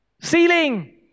ceiling